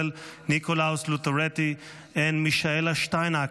Nikolaus Lutterotti and Michaela Steinacker,